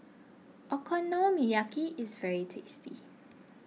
Okonomiyaki is very tasty